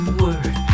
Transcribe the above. word